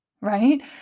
right